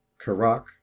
Karak